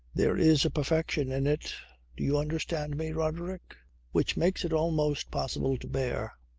there is a perfection in it do you understand me, roderick which makes it almost possible to bear.